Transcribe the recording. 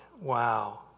Wow